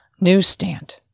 newsstand